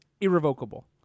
irrevocable